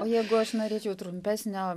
o jeigu aš norėčiau trumpesnio